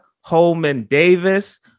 Holman-Davis